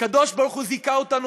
הקדוש-ברוך-הוא זיכה אותנו,